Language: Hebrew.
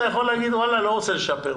אתה יכול להגיד שאתה לא רוצה לשפר,